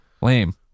Lame